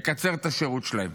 לקצר את השירות שלהם,